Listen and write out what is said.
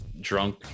drunk